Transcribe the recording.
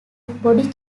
body